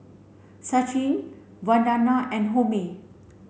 Sachin Vandana and Homi